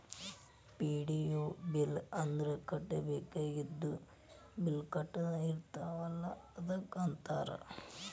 ಪೆ.ಡಿ.ಯು bills ಅಂದ್ರ ಕಟ್ಟಬೇಕಾಗಿದ್ದ bill ಕಟ್ಟದ ಇರ್ತಾವಲ ಅದಕ್ಕ ಅಂತಾರ